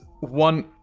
one